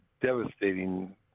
devastating